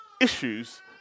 issues